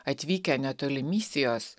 atvykę netoli misijos